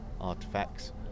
artifacts